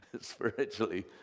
spiritually